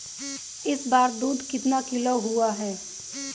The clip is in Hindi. इस बार दूध कितना किलो हुआ है?